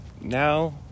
Now